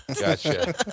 Gotcha